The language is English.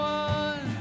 one